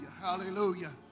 hallelujah